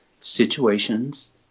situations